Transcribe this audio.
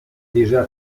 déjà